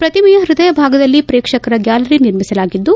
ಪ್ರತಿಮೆಯ ಹೃದಯ ಭಾಗದಲ್ಲಿ ಪ್ರೇಕ್ಷಕರ ಗ್ಯಾಲರಿ ನಿರ್ಮಿಸಲಾಗಿದ್ದು